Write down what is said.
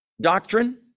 doctrine